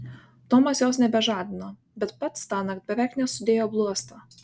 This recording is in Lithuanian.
tomas jos nebežadino bet pats tąnakt beveik nesudėjo bluosto